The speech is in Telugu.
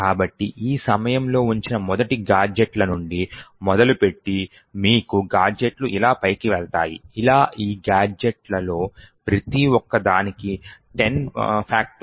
కాబట్టి ఈ సమయంలో ఉంచిన మొదటి గాడ్జెట్ల నుండి మొదలుపెట్టి మీకు గాడ్జెట్లు ఇలా పైకి వెళ్తాయి అలా ఈ గాడ్జెట్లలో ప్రతి ఒక్క దానికి 10